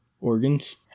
organs